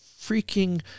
freaking